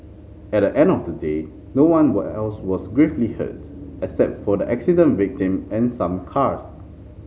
at the end of the day no one was else was gravely hurt except for the accident victim and some cars